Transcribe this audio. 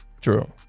True